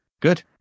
good